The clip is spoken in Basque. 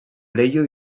leiho